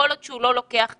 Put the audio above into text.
כל עוד הוא לא לוקח כסף.